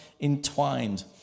entwined